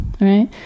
right